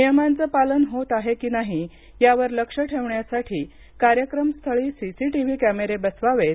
नियमांचं पालन होत आहे की नाही यावर लक्ष ठेवण्यासाठी कार्यक्रमस्थळी सीसीटीव्ही कॅमेरे बसवावेत